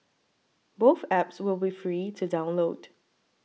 both apps will be free to download